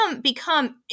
become